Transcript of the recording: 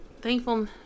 thankful